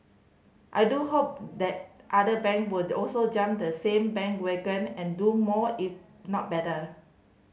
I do hope that other bank will also jump on the same bandwagon and do more if not better